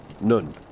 none